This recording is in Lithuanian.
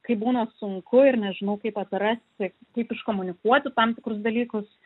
kai būna sunku ir nežinau kaip atrasti kaip iškomunikuoti tam tikrus dalykus